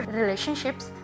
relationships